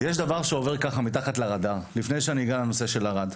יש דבר שעובר ככה מתחת לרדאר לפני שאני אגע לנושא של ערד,